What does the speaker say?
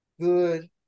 good